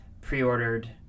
pre-ordered